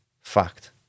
Fact